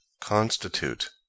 constitute